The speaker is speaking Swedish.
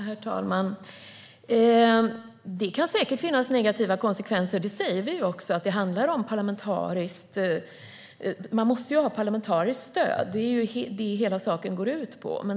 Herr talman! Det kan säkert finnas negativa konsekvenser. Vi säger också att man måste ha parlamentariskt stöd. Det är det som det hela går ut på.